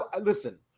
Listen